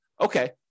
okay